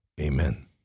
Amen